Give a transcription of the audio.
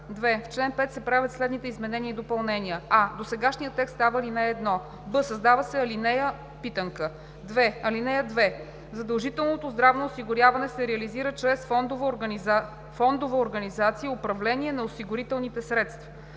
2. В чл. 5 се правят следните изменения и допълнения: а) досегашният текст става ал. 1. б) създава се ал. 2: „(2) Задължителното здравно осигуряване се реализира чрез фондова организация и управление на осигурителните средства.“